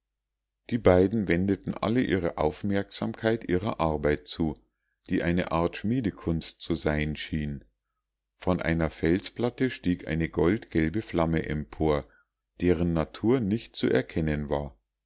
die beiden wendeten alle ihre aufmerksamkeit ihrer arbeit zu die eine art schmiedekunst zu sein schien von einer felsplatte stieg eine goldgelbe flamme empor deren natur nicht zu erkennen war